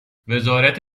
وزارت